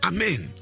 Amen